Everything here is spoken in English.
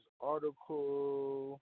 Article